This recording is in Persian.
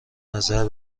نظر